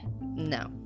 No